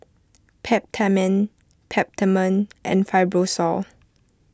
Peptamen Peptamen and Fibrosol